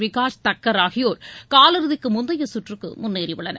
விகாஷ் தாக்கர் ஆகியோர் காலிறுதிக்கு முந்தைய சுற்றுக்கு முன்னேறி உள்ளனர்